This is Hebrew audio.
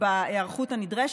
בהיערכות הנדרשת.